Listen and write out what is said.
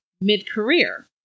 mid-career